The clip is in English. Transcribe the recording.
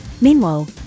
Meanwhile